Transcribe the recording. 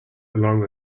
along